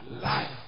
Life